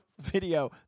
video